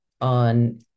on